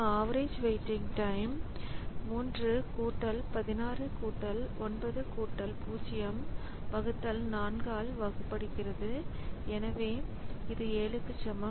average waiting time 3 16 9 0 4 ஆல் வகுக்கப்படுகிறது எனவே அது 7 க்கு சமம்